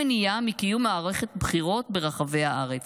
מניעה לקיום מערכת בחירות ברחבי הארץ.